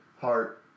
heart